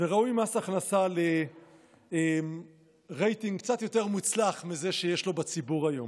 ומס הכנסה ראוי לרייטינג קצת יותר מוצלח ממה שיש לו בציבור היום.